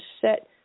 set